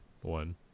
one